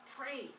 Pray